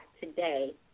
today